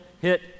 hit